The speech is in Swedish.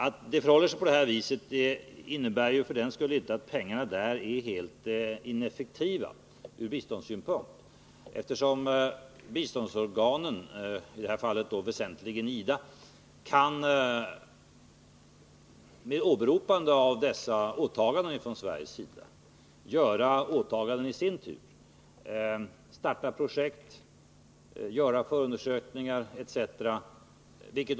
Att det förhåller sig på detta sätt innebär för den skull inte att pengarna från biståndssynpunkt är helt ineffektiva. Biståndsorganen, i detta fall främst IDA, kan med åberopande av dessa åtaganden från Sveriges sida i sin tur göra åtaganden: starta projekt, göra förundersökningar osv.